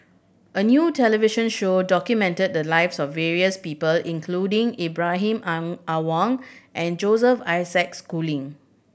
a new television show documented the lives of various people including Ibrahim Ang Awang and Joseph Isaac Schooling